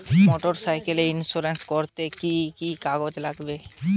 Motorcycle insurance করতে কি কি কাগজ লাগবে?